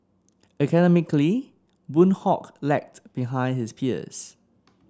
academically Boon Hock lagged behind his peers